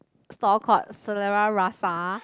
stall called Selera Rasa